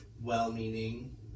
well-meaning